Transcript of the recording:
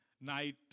night